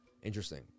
Interesting